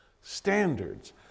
Standards